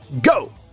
go